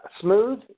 smooth